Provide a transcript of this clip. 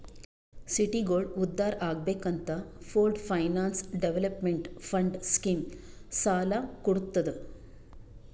ಸಿಟಿಗೋಳ ಉದ್ಧಾರ್ ಆಗ್ಬೇಕ್ ಅಂತ pooled finance development fund scheme ಸಾಲ ಕೊಡ್ತುದ್